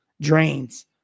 drains